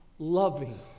loving